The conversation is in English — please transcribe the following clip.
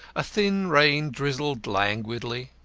a thin rain drizzled languidly.